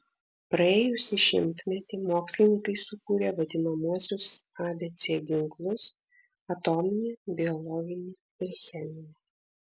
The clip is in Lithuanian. praėjusį šimtmetį mokslininkai sukūrė vadinamuosius abc ginklus atominį biologinį ir cheminį